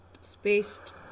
Spaced